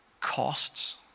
costs